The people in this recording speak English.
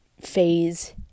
phase